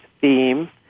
Theme